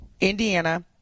Indiana